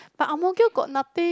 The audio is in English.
but Ang-Mo-Kio got nothing